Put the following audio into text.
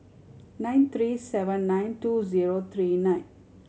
nine three seven nine two zero three nine